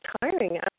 tiring